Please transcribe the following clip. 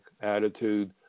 attitude